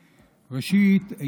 ראשית,